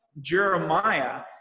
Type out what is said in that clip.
Jeremiah